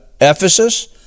Ephesus